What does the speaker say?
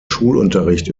schulunterricht